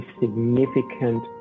significant